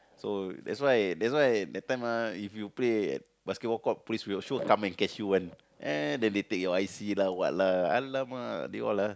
so that's why that's why that time uh if you play basketball court police will sure come and catch you one eh then they take your I_C lah or what lah !alamak! they all ah